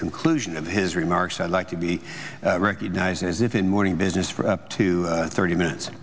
conclusion of his remarks i'd like to be recognized as if in morning business for up to thirty minutes